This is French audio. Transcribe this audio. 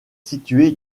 situé